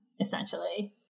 essentially